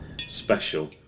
special